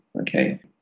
okay